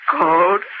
cold